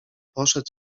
poszedł